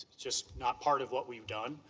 just not part of what we've done.